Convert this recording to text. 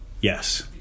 yes